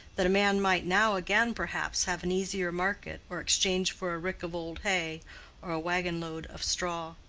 that a man might now again perhaps have an easier market or exchange for a rick of old hay or a wagon-load of straw.